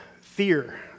Fear